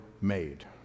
made